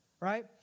right